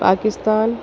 Pakistan